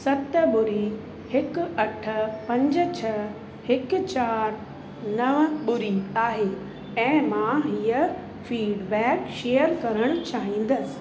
सत ॿुड़ी हिकु अठ पंज छह हिकु चारि नव ॿुड़ी आहे ऐं मां हीअ फीडबैक शेयर करणु चाहींदसि